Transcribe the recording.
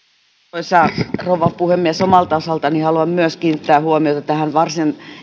arvoisa rouva puhemies omalta osaltani haluan myös kiinnittää huomiota tähän varsin